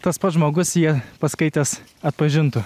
tas pats žmogus ją paskaitęs atpažintų